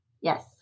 Yes